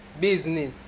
business